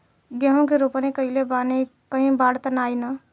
गेहूं के रोपनी कईले बानी कहीं बाढ़ त ना आई ना?